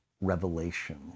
revelation